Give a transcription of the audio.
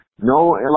No